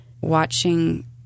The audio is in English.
watching